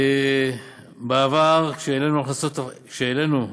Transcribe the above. בעבר, כשהעלינו ההכנסות,